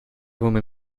woman